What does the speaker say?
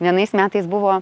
vienais metais buvo